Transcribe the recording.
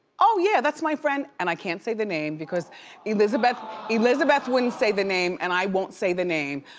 oh yeah that's my friend, and i can't say the name because elizabeth elizabeth wouldn't say the name and i won't say the name.